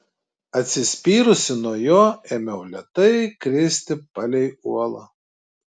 atsispyrusi nuo jo ėmiau lėtai kristi palei uolą